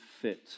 fit